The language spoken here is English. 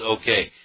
okay